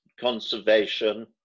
conservation